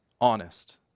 honest